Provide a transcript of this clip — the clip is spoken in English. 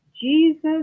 Jesus